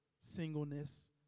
singleness